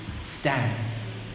stands